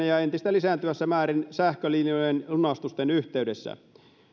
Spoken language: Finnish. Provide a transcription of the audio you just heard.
ja entistä lisääntyvässä määrin sähkölinjojen lunastusten yhteydessä